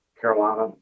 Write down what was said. Carolina